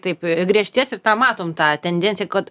taip griežtės ir tą matom tą tendenciją kad